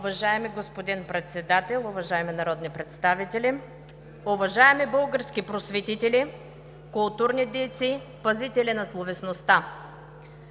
Уважаеми господин Председател, уважаеми народни представители! Уважаеми български просветители, културни дейци, пазители на словесността!